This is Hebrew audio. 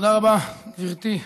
תודה רבה, גברתי.